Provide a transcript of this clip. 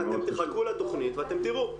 אתם תחכו לתכנית ואתם תראו.